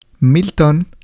Milton